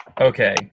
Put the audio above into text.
Okay